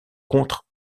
contre